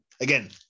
again